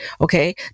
Okay